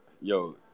yo